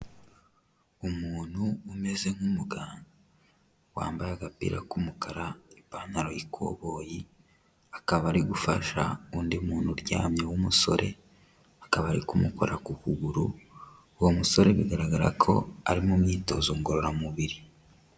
Umuntu umeze nk'umuganga wambaye agapira k'umukara n'ipantaro y'ikoboyi, akaba ari gufasha undi muntu uryamye w'umusore, akaba ari kumukora ku kuguru, uwo musore bigaragara ko ari mu myitozo ngororamubiri.